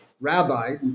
rabbi